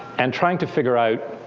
and trying to figure out